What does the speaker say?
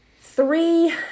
three